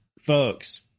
folks